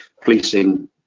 policing